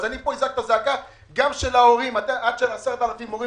אז אני אזעק פה את הזעקה גם של 10,000 המורים